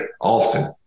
often